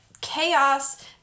chaos